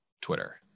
Twitter